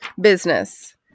business